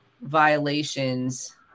violations